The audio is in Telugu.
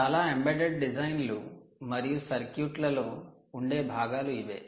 చాలా ఎంబెడెడ్ డిజైన్లు మరియు సర్క్యూట్లలో ఉండే భాగాలు ఇవే